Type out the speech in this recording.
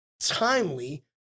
timely